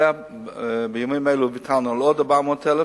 בימים אלה ביטלנו עוד 400,000,